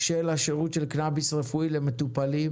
של השרות של קנביס רפואי למטופלים,